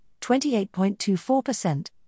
28.24%